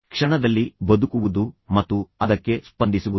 ಕ್ಷಣದಲ್ಲಿ ಬದುಕುವುದು ಮತ್ತು ಅದಕ್ಕೆ ಸ್ಪಂದಿಸುವುದು